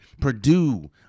Purdue